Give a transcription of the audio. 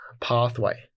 pathway